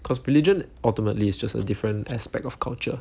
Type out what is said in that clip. cause religion ultimately it's just a different aspect of culture